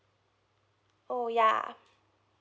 oh ya